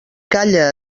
calla